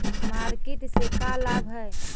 Market से का लाभ है?